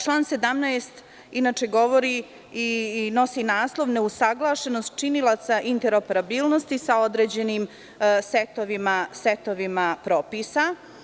Član 17. govori i nosi naslov „Neusaglašenost činilaca interoperabilnosti sa određenim setovima propisa“